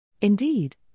Indeed